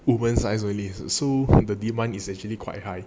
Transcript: women size only so the demand is actually quite high